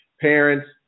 parents